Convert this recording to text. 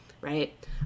right